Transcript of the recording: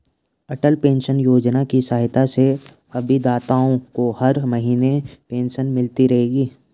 अटल pension Yojana की सहायता से अभिदाताओं को हर महीने पेंशन मिलती रहेगी